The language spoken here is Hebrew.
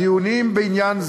הדיונים בעניין זה,